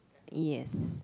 yes